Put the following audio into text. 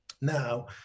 now